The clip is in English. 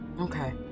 Okay